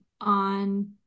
on